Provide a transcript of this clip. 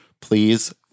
please